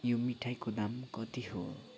यो मिठाईको दाम कति हो